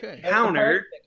Counter